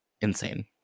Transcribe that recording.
insane